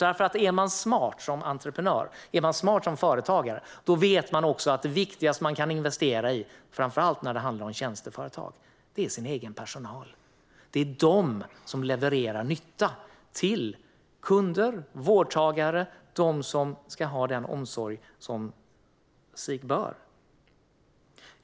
Är man smart som entreprenör och företagare vet man också att det viktigaste man kan investera i är den egna personalen, framför allt när det handlar om tjänsteföretag. Det är personalen som levererar nytta till kunder och vårdtagare, som ska ha den omsorg som sig bör.